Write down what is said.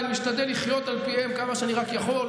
ואני משתדל לחיות על פיהם כמה שאני רק יכול,